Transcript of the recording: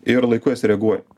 ir laiku į jas reaguoji